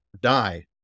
die